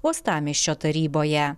uostamiesčio taryboje